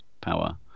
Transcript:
power